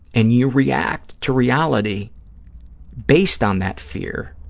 and you react to reality based on that fear,